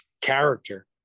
character